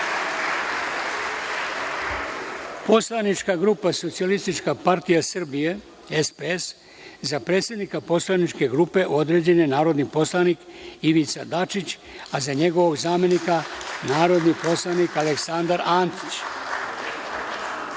Poslanička grupa Socijalistička partija Srbije (SPS) – za predsednika poslaničke grupe određen je narodni poslanik dr Ivica Dačić, a za njegovog zamenika narodni poslanik Aleksandar Antić;